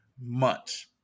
months